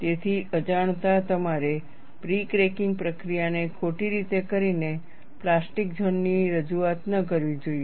તેથી અજાણતા તમારે પ્રી ક્રેકીંગ પ્રક્રિયાને ખોટી રીતે કરીને પ્લાસ્ટિક ઝોન ની રજૂઆત ન કરવી જોઈએ